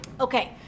Okay